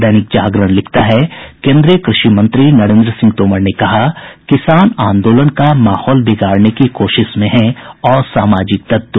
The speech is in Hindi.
दैनिक जागरण लिखता है केंद्रीय कृषि मंत्री नरेंद्र सिंह तोमर ने कहा किसान आंदोलन का माहौल बिगाड़ने की कोशिश में हैं असामाजिक तत्व